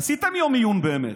עשיתם יום עיון, באמת,